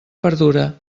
perdura